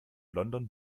london